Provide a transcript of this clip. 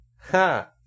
ha